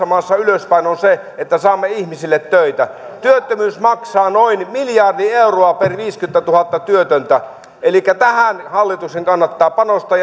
maassa ylöspäin on se että saamme ihmisille töitä työttömyys maksaa noin miljardi euroa per viisikymmentätuhatta työtöntä elikkä tähän hallituksen kannattaa panostaa